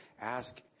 ask